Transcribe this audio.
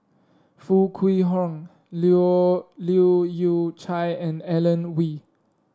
Foo Kwee Horng Leu Yew Chye and Alan Oei